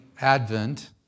Advent